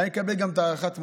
היה מקבל גם את הארכת המועדים.